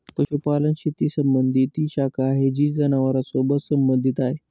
पशुपालन शेती संबंधी ती शाखा आहे जी जनावरांसोबत संबंधित आहे